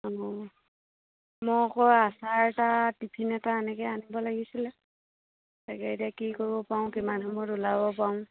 অঁ মই আকৌ আচাৰ এটা টিফিন এটা এনেকৈ আনিব লাগিছিলে তাকে এতিয়া কি কৰিব পাৰোঁ কিমান সময়ত ওলাব পাৰোঁ